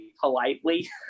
politely